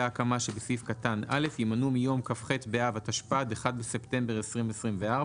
ההקמה שבסעיף קטן (א) יימנו מיום כ"ח באב התשפ"ד (1 בספטמבר 2024),